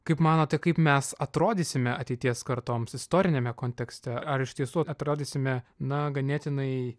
kaip manote kaip mes atrodysime ateities kartoms istoriniame kontekste ar iš tiesų atrodysime na ganėtinai